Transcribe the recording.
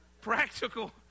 Practical